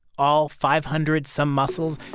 all five hundred some muscles.